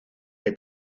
que